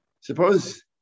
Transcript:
Suppose